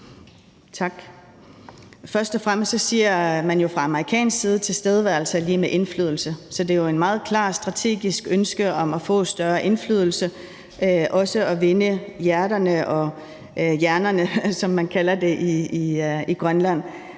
Først og fremmest siger man jo fra amerikansk side, at tilstedeværelse er lig med indflydelse, så det er jo et meget klart strategisk ønske om at få større indflydelse; også at vinde hjerterne og hjernerne, som man kalder det i Grønland.